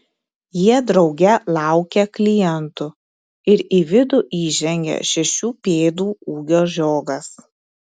jie drauge laukia klientų ir į vidų įžengia šešių pėdų ūgio žiogas